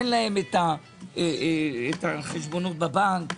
אין להם חשבונות בבנק.